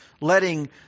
letting